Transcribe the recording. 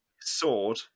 sword